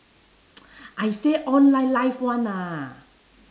I say online live one ah